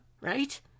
Right